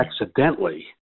accidentally